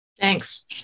Thanks